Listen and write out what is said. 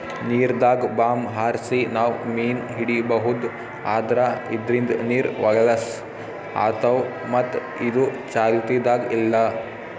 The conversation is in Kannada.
ನೀರ್ದಾಗ್ ಬಾಂಬ್ ಹಾರ್ಸಿ ನಾವ್ ಮೀನ್ ಹಿಡೀಬಹುದ್ ಆದ್ರ ಇದ್ರಿಂದ್ ನೀರ್ ಹೊಲಸ್ ಆತವ್ ಮತ್ತ್ ಇದು ಚಾಲ್ತಿದಾಗ್ ಇಲ್ಲಾ